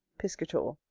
piscator.